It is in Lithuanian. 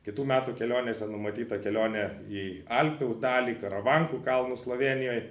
kitų metų kelionėse numatyta kelionė į alpių dalį karavankų kalnus slovėnijoj